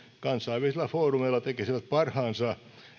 kansainvälisillä foorumeilla tekisivät parhaansa